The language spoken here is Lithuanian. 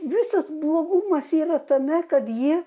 visas blogumas yra tame kad jie